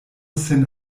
sen